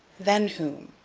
than whom.